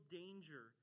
danger